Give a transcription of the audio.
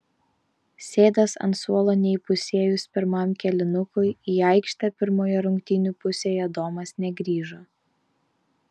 sėdęs ant suolo neįpusėjus pirmam kėlinukui į aikštę pirmoje rungtynių pusėje domas negrįžo